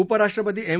उपराष्ट्रपती एम